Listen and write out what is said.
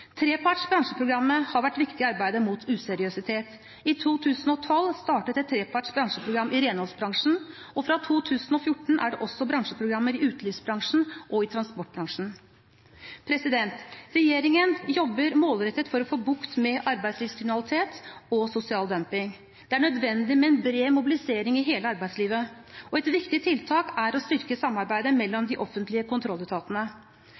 Treparts bransjeprogrammer har vært viktig i arbeidet mot useriøsitet. I 2012 startet et treparts bransjeprogram i renholdsbransjen, og fra 2014 har det også vært bransjeprogrammer i utelivsbransjen og i transportbransjen. Regjeringen jobber målrettet for å få bukt med arbeidslivskriminalitet og sosial dumping. Det er nødvendig med en bred mobilisering i hele arbeidslivet, og et viktig tiltak er å styrke samarbeidet mellom de offentlige kontrolletatene.